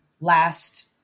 last